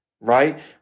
right